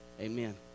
Amen